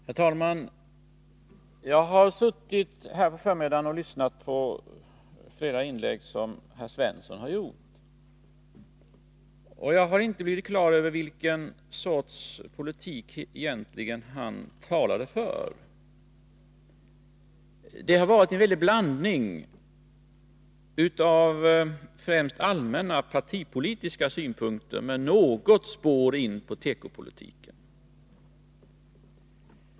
Herr talman! Jag har suttit här på förmiddagen och lyssnat på flera inlägg av Sten Svensson. Jag har inte blivit klar över vilken sorts tekopolitik han egentligen talar för. Det har varit en väldig blandning av främst allmänna partipolitiska synpunkter, med något spår in på tekopolitiken.